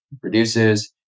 produces